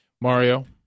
Mario